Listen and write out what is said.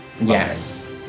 Yes